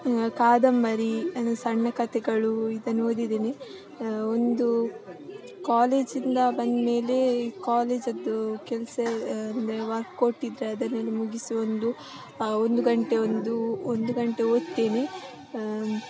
ಕಾದಂಬರಿ ಸಣ್ಣ ಕತೆಗಳು ಇದನ್ನು ಓದಿದ್ದೇನೆ ಒಂದು ಕಾಲೇಜಿಂದ ಬಂದ್ಮೇಲೇ ಕಾಲೇಜದ್ದು ಕೆಲಸ ಅಂದರೆ ವರ್ಕ್ ಕೊಟ್ಟಿದ್ದರೆ ಅದನ್ನೂನು ಮುಗಿಸಿ ಒಂದು ಒಂದು ಗಂಟೆ ಒಂದೂ ಒಂದು ಗಂಟೆ ಓದ್ತೀನಿ